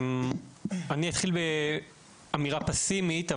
אני אתחיל באמירה פאסימית,